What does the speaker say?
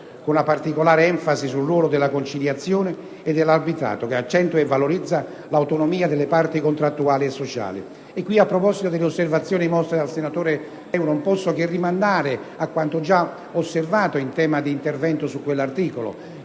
con una particolare enfasi sul ruolo della conciliazione e dell'arbitrato, che accentua e valorizza l'autonomia delle parti contrattuali e sociali. A questo riguardo, a proposito delle osservazioni mosse dal senatore Treu, non posso che rimandare a quanto già osservato in tema di intervento su quell'articolo: